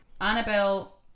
Annabelle